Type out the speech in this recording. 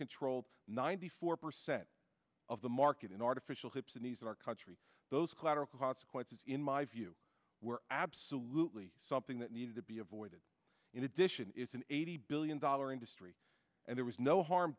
control ninety four percent of the market in artificial hips and knees in our country those collateral consequences in my view were absolutely something that needed to be avoided in addition is an eighty billion dollar industry and there was no harm